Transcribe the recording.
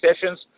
sessions